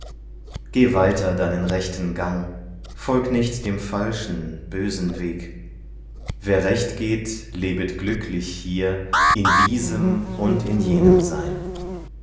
geh weiter deinen rechten gang folg nicht dem falschen bösen weg wer recht geht lebet glücklich hier in diesem und in jenem sein